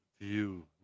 View